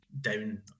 down